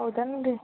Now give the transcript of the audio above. ಹೌದೇನ್ರಿ